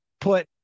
put